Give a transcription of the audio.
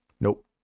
Nope